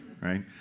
right